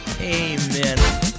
amen